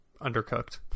undercooked